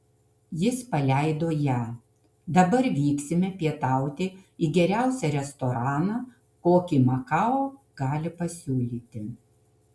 jis paleido ją dabar vyksime pietauti į geriausią restoraną kokį makao gali pasiūlyti